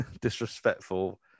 disrespectful